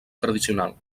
tradicional